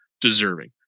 deserving